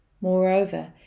Moreover